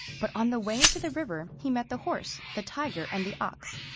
but on the way to the river, he met the horse, the tiger, and the ox.